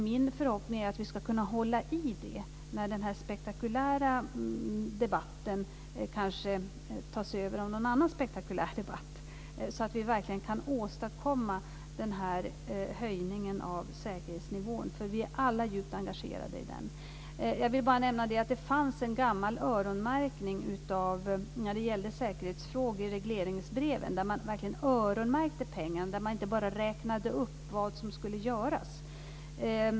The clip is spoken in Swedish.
Min förhoppning är att vi ska kunna hålla i detta när den här spektakulära debatten kanske tas över av någon annan spektakulär debatt, så att vi verkligen kan åstadkomma den här höjningen av säkerhetsnivån, för vi är alla djupt engagerade i den. Jag vill bara nämna att det i regleringsbreven fanns en gammal öronmärkning när det gällde säkerhetsfrågor, där man verkligen öronmärkte pengarna och inte bara räknade upp vad som skulle göras.